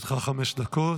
לרשותך חמש דקות.